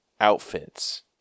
outfits